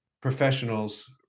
professionals